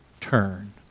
turn